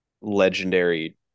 legendary